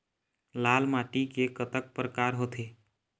लाल माटी के कतक परकार होथे?